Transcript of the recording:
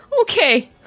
Okay